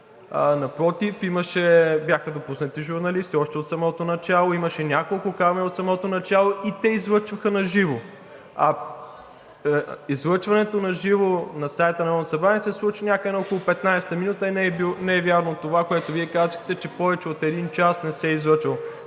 Напротив, бяха допуснати журналисти още от самото начало, имаше няколко камери от самото начало и те излъчваха наживо. А излъчването на- живо на сайта на Народното събрание се случи някъде на около 15-ата минута. Не е вярно това, което Вие казахте, че повече от един час не се е излъчвало,